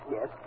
Yes